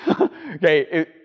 okay